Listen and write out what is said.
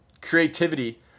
creativity